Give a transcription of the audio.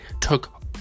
took